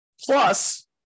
Plus